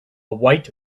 white